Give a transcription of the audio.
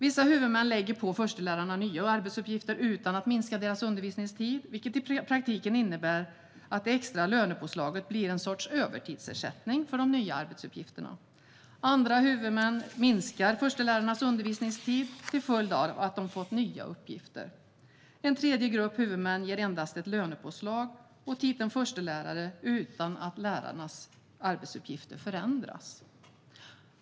Vissa huvudmän lägger på förstelärarna nya arbetsuppgifter utan att minska deras undervisningstid, vilket i praktiken innebär att det extra lönepåslaget blir en sorts övertidsersättning för de nya uppgifterna. Andra huvudmän minskar förstelärarnas undervisningstid till följd av att de har fått nya uppgifter. En tredje grupp huvudmän ger endast ett lönepåslag och titeln "förstelärare" utan att lärarnas arbetsuppgifter förändras.